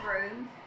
Room